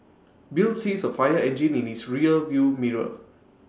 bill sees A fire engine in his rear view mirror